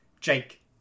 Jake